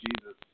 Jesus